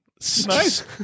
Nice